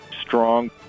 strong